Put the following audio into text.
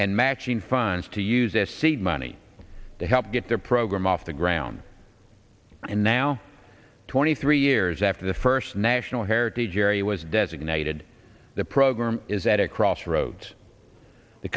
and matching funds to uses seed money to help get their program off the ground and now twenty three years after the first national heritage area was designated the program is at a crossroads the